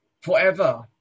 forever